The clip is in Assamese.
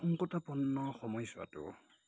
শংকটাপন্ন সময়ছোৱাটো